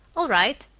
all right!